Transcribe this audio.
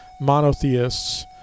monotheists